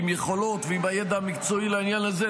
עם יכולות ועם הידע המקצועי לעניין הזה,